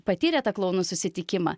patyrė tą klounų susitikimą